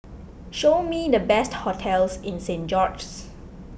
show me the best hotels in Saint George's